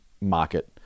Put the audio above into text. market